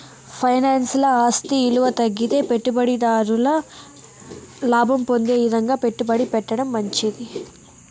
ఫైనాన్స్ల ఆస్తి ఇలువ తగ్గితే పెట్టుబడి దారుడు లాభం పొందే ఇదంగా పెట్టుబడి పెట్టడం మంచిది